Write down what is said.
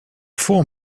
for